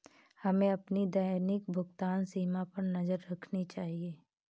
हमें अपनी दैनिक भुगतान सीमा पर नज़र रखनी चाहिए